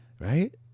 Right